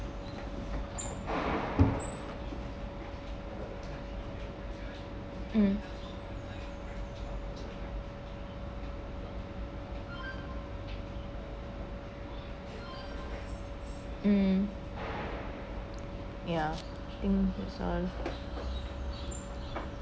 um um ya think that’s all